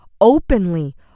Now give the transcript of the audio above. openly